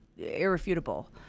irrefutable